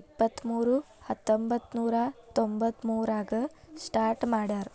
ಇಪ್ಪತ್ಮೂರು ಹತ್ತೊಂಬಂತ್ತನೂರ ತೊಂಬತ್ತಮೂರಾಗ ಸ್ಟಾರ್ಟ್ ಮಾಡ್ಯಾರ